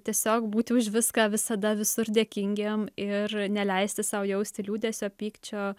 tiesiog būti už viską visada visur dėkingiem ir neleisti sau jausti liūdesio pykčio